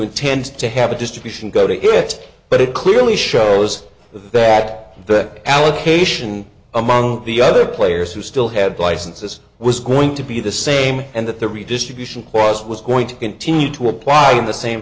intense to have the distribution go to it but it clearly shows that that allocation among the other players who still had licenses was going to be the same and that the redistribution clause was going to continue to apply in the same